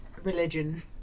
religion